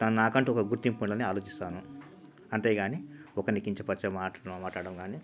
త నాకంటూ గుర్తింపు ఉందని ఆలోచిస్తాను అంతే కాని ఒకరిని కించపరిచే మాటను మాటాడ్డం కాని